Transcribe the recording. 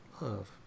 love